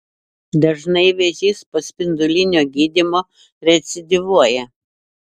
dažnai vėžys po spindulinio gydymo recidyvuoja